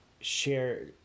share